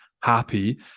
happy